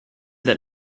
that